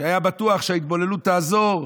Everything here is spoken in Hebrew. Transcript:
שהיה בטוח שההתבוללות תעזור,